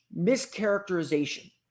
mischaracterization